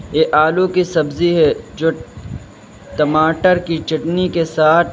یہ آلو کی سبزی ہے جو ٹماٹر کی چٹنی کے ساتھ